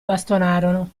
bastonarono